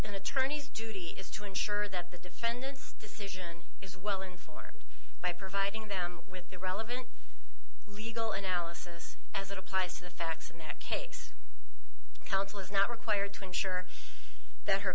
an attorney's duty is to ensure that the defendant's decision is well informed by providing them with the relevant legal analysis as it applies to the facts and that case counsel is not required to ensure that her